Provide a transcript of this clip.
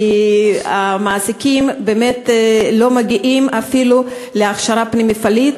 כי המעסיקים באמת לא מגיעים אפילו להכשרה פנים-מפעלית,